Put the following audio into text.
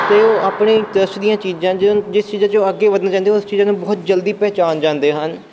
ਅਤੇ ਉਹ ਆਪਣੇ ਟਰੱਸਟ ਦੀਆਂ ਚੀਜ਼ਾਂ ਜਿੰ ਜਿਸ ਚੀਜ਼ਾਂ 'ਚੋਂ ਉਹ ਅੱਗੇ ਵਧਣਾ ਚਾਹੁੰਦੇ ਉਸ ਚੀਜ਼ਾਂ ਨੂੰ ਬਹੁਤ ਜਲਦੀ ਪਹਿਚਾਣ ਜਾਂਦੇ ਹਨ